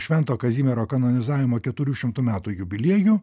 švento kazimiero kanonizavimo keturių šimtų metų jubiliejų